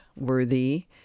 worthy